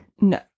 No